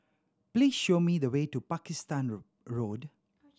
please show me the way to Pakistan Road